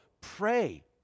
pray